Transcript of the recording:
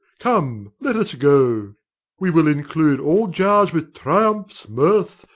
come, let us go we will include all jars with triumphs, mirth,